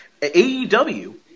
AEW